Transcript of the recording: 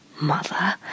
mother